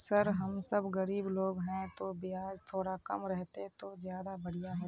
sir हम सब गरीब लोग है तो बियाज थोड़ा कम रहते तो ज्यदा बढ़िया होते